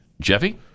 Jeffy